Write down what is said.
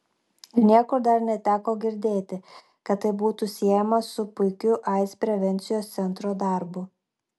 ir niekur dar neteko girdėti kad tai būtų siejama su puikiu aids prevencijos centro darbu